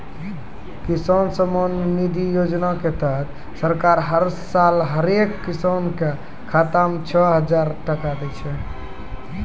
किसान सम्मान निधि योजना के तहत सरकार हर साल हरेक किसान कॅ खाता मॅ छो हजार टका दै छै